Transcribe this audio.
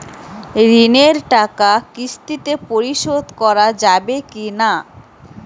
ঋণের টাকা কিস্তিতে পরিশোধ করা যাবে কি না?